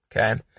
okay